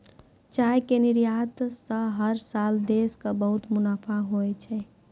चाय के निर्यात स हर साल देश कॅ बहुत मुनाफा होय छै